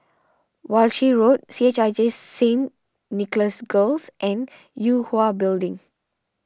Walshe Road C H I J Saint Nicholas Girls and Yue Hwa Building